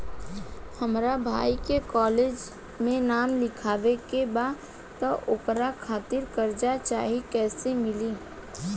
हमरा भाई के कॉलेज मे नाम लिखावे के बा त ओकरा खातिर कर्जा चाही कैसे मिली?